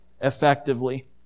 effectively